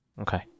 Okay